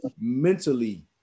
mentally